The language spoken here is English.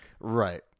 Right